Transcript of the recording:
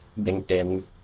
LinkedIn